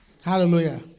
Hallelujah